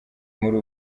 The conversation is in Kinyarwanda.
muri